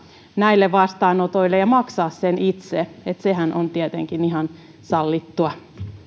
näille vastaanotoille ja maksamaan niitä itse sehän on tietenkin ihan sallittua